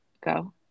go